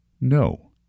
no